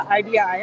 idea